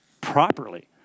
properly